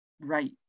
right